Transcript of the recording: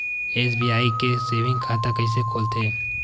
SBI के saving खाता कइसे खोलथे?